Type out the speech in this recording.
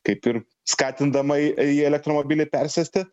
kaip ir skatindama į į elektromobilį persėsti